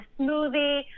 smoothie